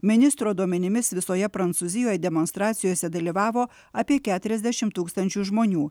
ministro duomenimis visoje prancūzijoj demonstracijose dalyvavo apie keturiasdešimt tūkstančių žmonių